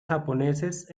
japoneses